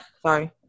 Sorry